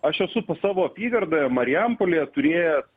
aš esu savo apygardoje marijampolėje turėjęs